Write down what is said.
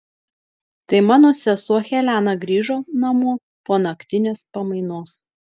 tai mano sesuo helena grįžo namo po naktinės pamainos